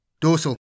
Dorsal